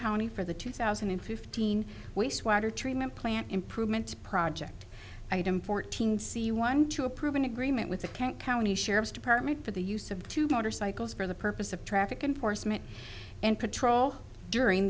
accounting for the two thousand and fifteen wastewater treatment plant improvement project item fourteen c one to approve an agreement with the can't county sheriff's department for the use of two motorcycles for the purpose of traffic enforcement and patrol during